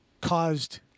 caused